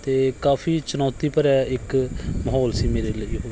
ਅਤੇ ਕਾਫ਼ੀ ਚੁਣੌਤੀ ਭਰਿਆ ਇੱਕ ਮਾਹੌਲ ਸੀ ਮੇਰੇ ਲਈ ਉਹ